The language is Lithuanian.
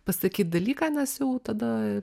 pasakyt dalyką nes jau tada